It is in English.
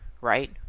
right